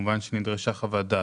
כמובן שנדרשה חוות דעת,